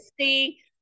see